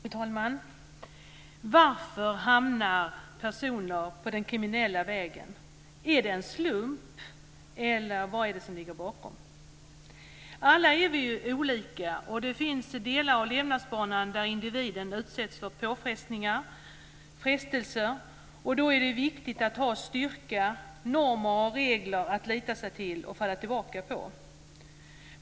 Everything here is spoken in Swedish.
Fru talman! Varför hamnar människor på den kriminella vägen? Är det en slump, eller vad är det som ligger bakom? Alla är vi olika, och det finns delar av levnadsbanan där individen utsätts för påfrestningar eller frestelser. Då är det viktigt att ha styrka, normer och regler att lita sig till och falla tillbaka på.